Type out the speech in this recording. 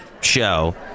show